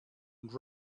and